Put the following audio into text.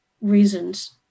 reasons